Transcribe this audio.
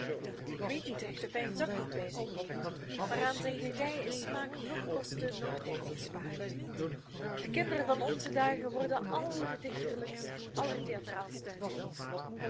ik weet niet recht of hij een zakdoek bij zich heeft maar aan zijn kleedij is smaak noch kosten noch tijd gespaard de kinderen van onze dagen worden allerdichterlijkst allertheatraalst uitgedost